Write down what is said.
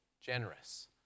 generous